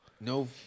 No